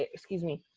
excuse me,